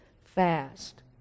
fast